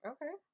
Okay